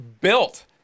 built